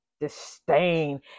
disdain